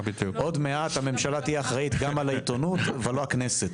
עוד מעט הממשלה תהיה אחראית גם על העיתונות ולא הכנסת,